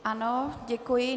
Ano, děkuji.